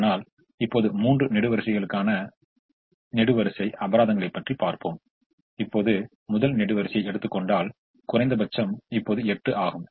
ஆனால் இப்போது மூன்று நெடுவரிசைகளுக்கான நெடுவரிசை அபராதங்களைப் பற்றி பார்ப்போம் இப்போது முதல் நெடுவரிசையை எடுத்துக் கொண்டால் குறைந்தபட்சம் இப்போது 8 ஆகும்